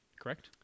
correct